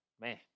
man